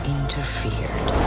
interfered